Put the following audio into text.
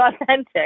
authentic